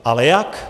Ale jak?